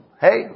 Hey